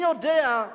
אני יודע,